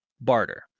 barter